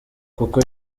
kuko